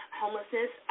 homelessness